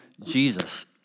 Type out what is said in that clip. Jesus